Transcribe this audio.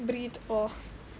breathe oh